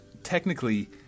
Technically